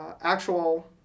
actual